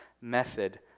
method